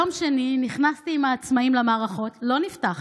ביום שני נכנסתי עם העצמאים למערכות, לא נפתח.